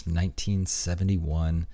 1971